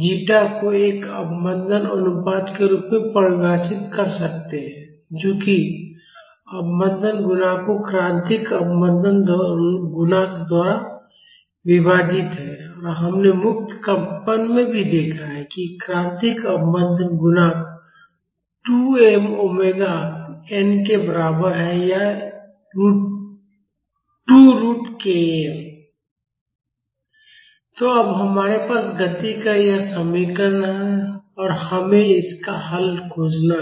zeta को एक अवमंदन अनुपात के रूप में परिभाषित कर सकते हैं जो कि अवमंदन गुणांक को क्रांतिक अवमंदन गुणांक द्वारा विभाजित है और हमने मुक्त कंपन में भी देखा है कि क्रांतिक अवमंदन गुणांक 2 m ओमेगा n के बराबर है या 2 रूट km तो अब हमारे पास गति का यह समीकरण है और हमें इसका हल खोजना है